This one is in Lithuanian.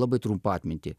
labai trumpą atmintį